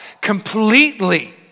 completely